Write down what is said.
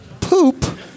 poop